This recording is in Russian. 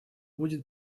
будет